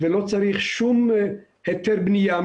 ולא צריך כל היתר בנייה.